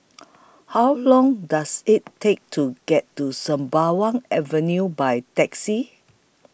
How Long Does IT Take to get to Sembawang Avenue By Taxi